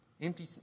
Empty